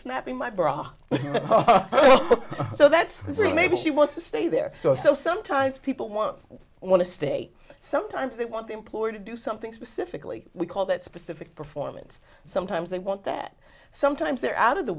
snapping my bra so that's three maybe she wants to stay there so so sometimes people won't want to stay sometimes they want the employer to do something specifically we call that specific performance sometimes they want that sometimes they're out of the